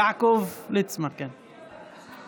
יעקב ליצמן, כן.